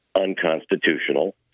unconstitutional